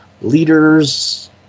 leaders